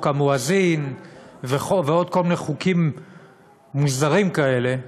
המואזין ובעוד כל מיני חוקים מוזרים כאלה,